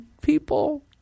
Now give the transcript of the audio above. people